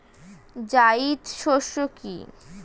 জায়িদ শস্য কি?